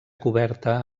coberta